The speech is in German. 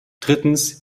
drittens